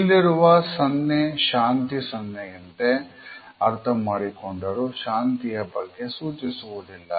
ಇಲ್ಲಿರುವ ಸನ್ನೆ ಶಾಂತಿ ಸನ್ನೆಯಂತೆ ಅರ್ಥಮಾಡಿಕೊಂಡರು ಶಾಂತಿಯ ಬಗ್ಗೆ ಸೂಚಿಸುವುದಿಲ್ಲ